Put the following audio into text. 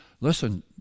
Listen